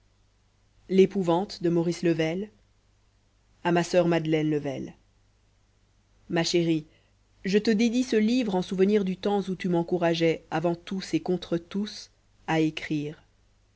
à ma soeur madeleine level ma chérie je te dédie ce livre en souvenir du temps où tu m'encourageais avant tout et contre tous à écrire